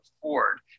afford